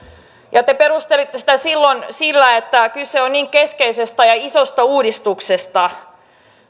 ja te perustelitte sitä silloin sillä että kyse on niin keskeisestä ja isosta uudistuksesta